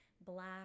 black